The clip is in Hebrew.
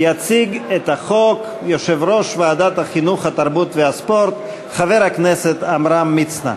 היושב שורה אחת לפניך.